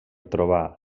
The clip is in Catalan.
trobar